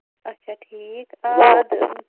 اَچھا ٹھیٖک